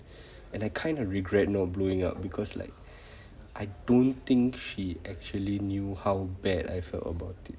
and I kind of regret not blowing up because like I don't think she actually knew how bad I felt about it